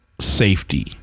safety